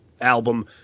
album